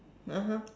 (uh huh)